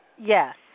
Yes